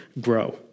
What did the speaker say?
grow